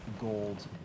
gold